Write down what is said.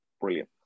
Brilliant